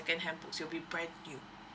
second hand books they will be brand new